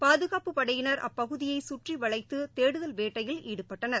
பாதுகாப்புப்படையினர் அப்பகுதியைகற்றிவளைத்துதேடுதல் வேட்டையில் ஈடுபட்டனர்